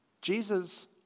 Jesus